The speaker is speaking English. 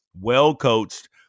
well-coached